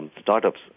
startups